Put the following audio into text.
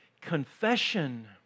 Confession